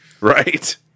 Right